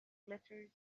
glittered